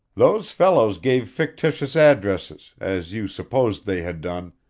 those fellows gave fictitious addresses, as you supposed they had done,